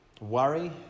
worry